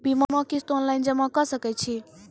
बीमाक किस्त ऑनलाइन जमा कॅ सकै छी?